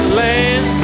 land